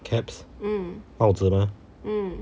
caps 帽子吗